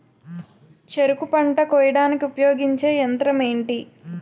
చెరుకు పంట కోయడానికి ఉపయోగించే యంత్రం ఎంటి?